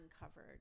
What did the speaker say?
uncovered